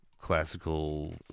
classical